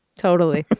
totally.